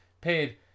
paid